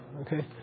Okay